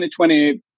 2020